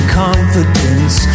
confidence